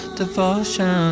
devotion